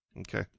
okay